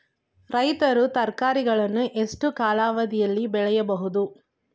ರೈತರು ತರಕಾರಿಗಳನ್ನು ಎಷ್ಟು ಕಾಲಾವಧಿಯಲ್ಲಿ ಬೆಳೆಯಬಹುದು?